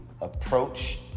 approach